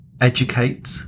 Educate